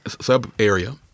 sub-area